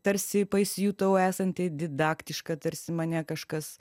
tarsi pasijutau esanti didaktiška tarsi mane kažkas